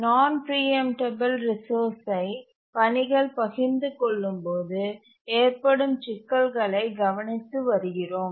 நான் preemptable resource ஐ பணிகள் பகிர்ந்து கொள்ளும்போது ஏற்படும் சிக்கல்களை கவனித்து வருகிறோம்